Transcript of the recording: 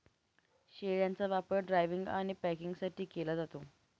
शेळ्यांचा वापर ड्रायव्हिंग आणि पॅकिंगसाठी केला जातो